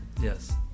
Yes